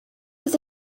was